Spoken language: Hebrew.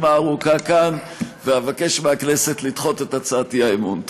הארוכה כאן ואבקש מהכנסת לדחות את הצעת האי-אמון.